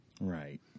Right